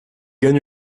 gagne